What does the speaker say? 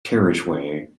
carriageway